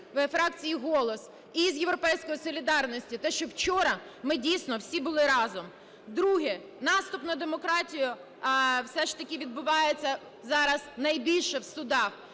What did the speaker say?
фракції "Голос", із "Європейської солідарності" те, що вчора ми, дійсно, всі були разом. Друге. Наступ на демократію все ж таки відбувається зараз найбільше в судах.